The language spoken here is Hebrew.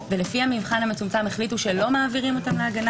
ולפי המבחן המצומצם החליטו שלא מעבירים להגנה